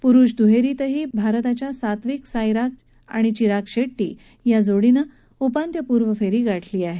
प्रुष द्हेरीतही भारताच्या सात्वीक साईराज आणि चिराग शेट्टी या जोडीनं उपांत्यपूर्व फेरी गाठली आहे